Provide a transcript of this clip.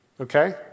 Okay